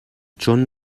چون